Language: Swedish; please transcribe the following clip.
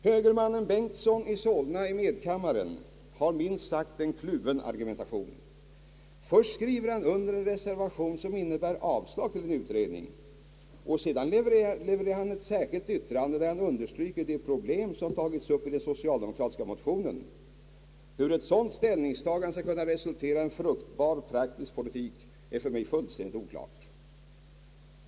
Högermannen herr Bengtson i Solna i medkammaren har en minst sagt kluven argumentation. Först skriver han under en reservation, som innebär avslag till en utredning, och sedan levererar han ett särskilt yttrande där han understryker de problem som tagits upp i den socialdemokratiska motionen. Hur ett sådant ställningstagande skall kunna resultera i en fruktbar praktisk politik är för mig fullständigt obegripligt.